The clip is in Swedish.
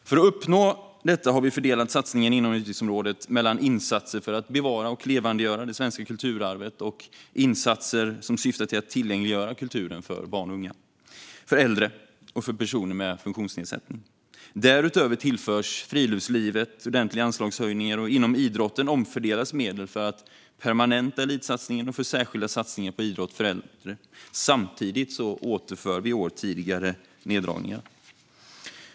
För att uppnå detta har vi fördelat satsningarna inom utgiftsområdet mellan insatser för att bevara och levandegöra det svenska kulturarvet och insatser som syftar till att tillgängliggöra kulturen för barn och unga, för äldre och för personer med funktionsnedsättningar. Därutöver tillförs friluftslivet ordentliga anslagshöjningar, och inom idrotten omfördelas medel för att permanenta elitsatsningen och för särskilda satsningar på idrott för äldre. Samtidigt återför vi i år tidigare neddragningar.